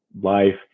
life